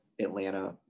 Atlanta